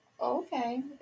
okay